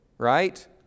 Right